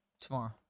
Tomorrow